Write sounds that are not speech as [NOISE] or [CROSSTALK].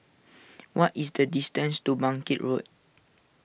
[NOISE] what is the distance to Bangkit Road